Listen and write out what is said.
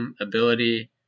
ability